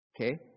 Okay